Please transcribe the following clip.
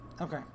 Okay